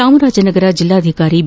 ಚಾಮರಾಜನಗರ ಜಿಲ್ಲಾಧಿಕಾರಿ ಬಿ